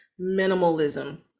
minimalism